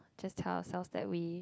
just tell ourselves that we